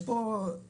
יש פה לכאורה,